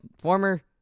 Former